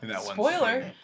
Spoiler